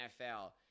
NFL